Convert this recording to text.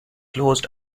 closed